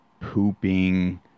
pooping